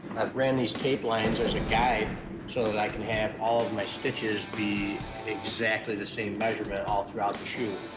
i've ran these tape lines as a guide so that i can have all of my stitches be exactly the same measurement all throughout the shoe.